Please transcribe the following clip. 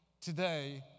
today